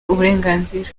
uburenganzira